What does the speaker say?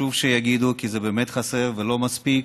וחשוב שיגידו, כי זה באמת חסר ולא מספיק,